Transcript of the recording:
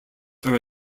are